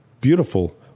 beautiful